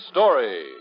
Story